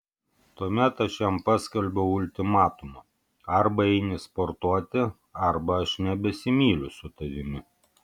tuomet aš jam paskelbiau ultimatumą arba eini sportuoti arba aš nebesimyliu su tavimi